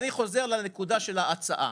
אני חוזר לנקודת ההצעה,